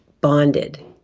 bonded